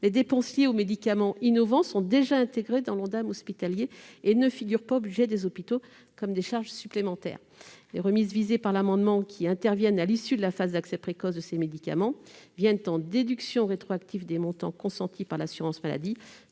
les dépenses liées aux médicaments innovants sont déjà intégrées dans l'Ondam hospitalier et ne figurent pas dans le budget des hôpitaux comme des charges supplémentaires. Les remises visées par l'amendement, qui interviennent à l'issue de la phase d'accès précoce de ces médicaments, viennent en déduction rétroactive des montants consentis par l'assurance maladie